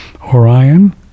Orion